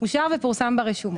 אושר ופורסם ברשומות.